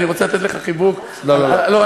אני רוצה לתת לך חיבוק, לא, לא.